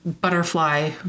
Butterfly